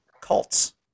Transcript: cults